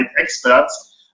experts